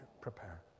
prepare